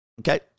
Okay